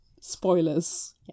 Spoilers